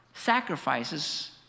Sacrifices